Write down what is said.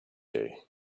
day